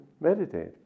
meditate